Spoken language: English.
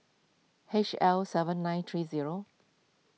H L seven nine three zero